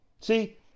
See